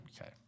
okay